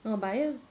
no but I just